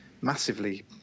massively